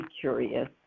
curious